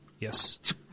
yes